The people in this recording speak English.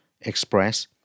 express